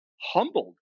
humbled